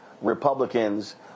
Republicans